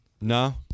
No